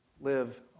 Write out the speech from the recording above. live